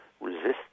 resist